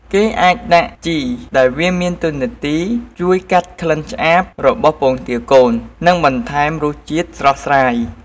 គេអាចដាក់ជីរដែលវាមានតួនាទីជួយកាត់ក្លិនឆ្អាបរបស់ពងទាកូន និងបន្ថែមរសជាតិស្រស់ស្រាយ។